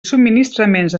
subministraments